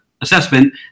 assessment